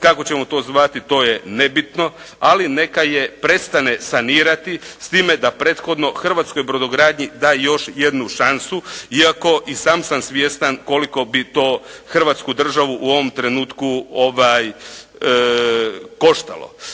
kako ćemo to zvati to je nebitno, ali neka je prestane sanirati s time da prethodno hrvatskoj brodogradnju da još jednu šansu, iako i sam sam svjestan koliko bi to Hrvatsku državu u ovom trenutku koštalo.